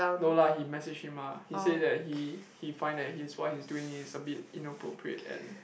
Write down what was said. no lah he message him ah he say that he he find that his wife is doing is a bit inappropriate and